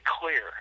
clear